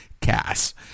cast